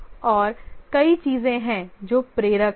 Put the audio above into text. और कई चीजें हैं जो प्रेरक हैं